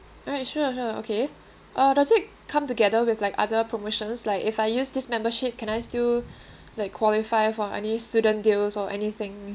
alright sure sure okay uh does it come together with like other promotions like if I use this membership can I still like qualify for any student deals or anything